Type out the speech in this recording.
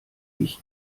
ich